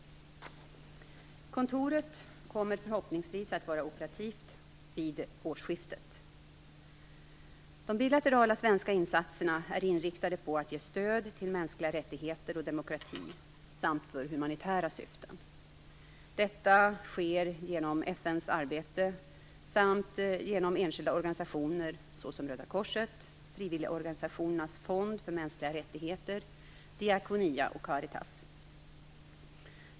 Kontoret kommer förhoppningsvis att vara operativt vid årsskiftet. De bilaterala svenska insatserna är inriktade på att ge stöd till mänskliga rättigheter och demokrati samt för humanitära syften. Detta sker genom FN:s arbete samt genom enskilda organisationer, såsom Röda korset, Frivilligorganisationernas fond för mänskliga rättigheter, Diakonia och Caritas.